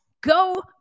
go